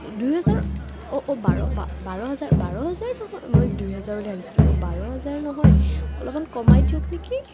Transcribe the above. দুহেজাৰ অঁ অঁ বাৰ বাৰ হেজাৰ বাৰ হেজাৰ নহয় অঁ মই দুই হেজাৰ বুলি ভাবিছিলোঁ অঁ বাৰ হেজাৰ নহয় অলপমান কমাই দিয়ক নেকি